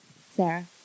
Sarah